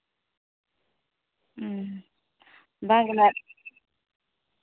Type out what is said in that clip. ᱵᱟᱝ ᱜᱮ ᱱᱟᱜ